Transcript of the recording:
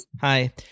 Hi